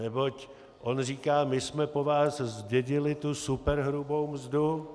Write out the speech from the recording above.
Neboť on říká: my jsme po vás zdědili tu superhrubou mzdu.